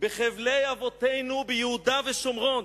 בחבלי אבותינו ביהודה ושומרון.